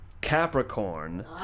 Capricorn